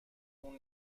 اون